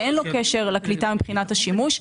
שאין לו קשר לקליטה מבחינת השימוש,